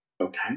Okay